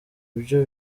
byo